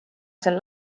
seal